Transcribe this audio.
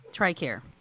TRICARE